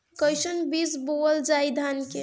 कईसन बीज बोअल जाई धान के?